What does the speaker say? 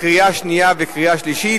קריאה שנייה וקריאה שלישית.